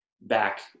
back